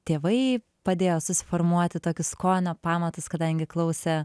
tėvai padėjo susiformuoti tokius skonio pamatus kadangi klausė